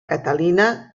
catalina